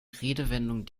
redewendungen